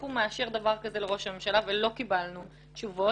הוא מאשר דבר כזה לראש הממשלה ולא קיבלנו תשובות.